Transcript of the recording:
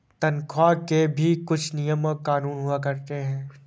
तन्ख्वाह के भी कुछ नियम और कानून हुआ करते हैं